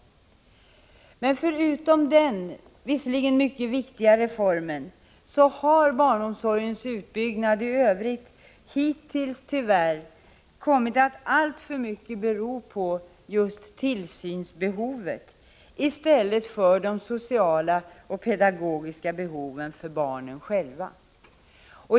Förutom denna visserligen mycket viktiga reform har utbyggnaden av barnomsorgen i övrigt hittills tyvärr kommit att alltför mycket bero på just tillsynsbehovet i stället för de sociala och pedogogiska behoven för barnen själva.